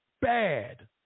bad